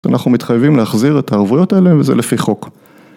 אנחנו מתחייבים להחזיר את הערבויות האלה וזה לפי חוק.